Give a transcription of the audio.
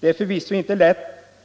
Det är förvisso inte lätt